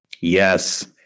Yes